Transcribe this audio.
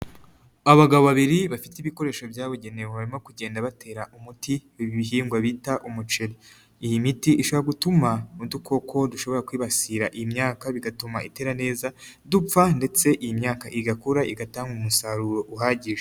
Abagabo babiri bafite ibikoresho byabugenewe, barimo kugenda batera umuti, ibi bihingwa bita umuceri. Iyi miti ishobora gutuma udukoko dushobora kwibasira iyi myaka bigatuma itera neza, dupfa ndetse iyi myaka igakura igatanga umusaruro uhagije.